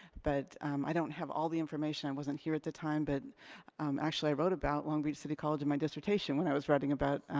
but um i don't have all the information, i wasn't here at the time, but and um actually i wrote about long beach city college in my dissertation when i was writing about